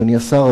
אדוני השר,